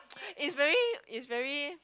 is very is very